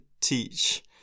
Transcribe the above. Teach